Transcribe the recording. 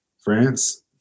france